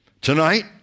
Tonight